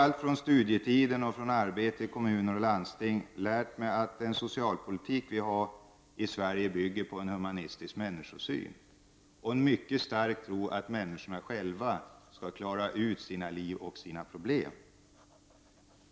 Redan under studietiden och under mitt arbete i kommuner och landsting har jag lärt mig att Sveriges socialpolitik bygger på en humanitär människosyn och på en mycket stark tro på att människor själva skall klara sina liv och problem.